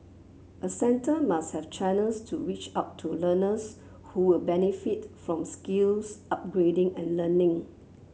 a centre must have channels to reach out to learners who will benefit from skills upgrading and learning